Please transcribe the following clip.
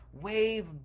wave